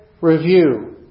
review